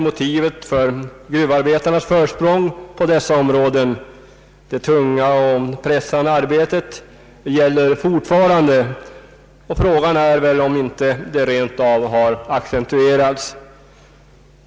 Motivet för gruvarbetarnas försprång på dessa områden — det tunga och pressande arbetet — gäller fortfarande, och frågan är om det inte rent av har accentuerats.